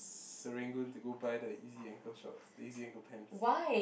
Serangoon to go buy the Yeezy ankle shorts Yeezy ankle pants